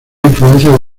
influencias